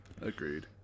Agreed